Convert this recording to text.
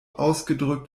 ausgedrückt